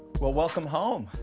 well, welcome home.